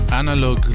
analog